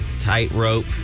tightrope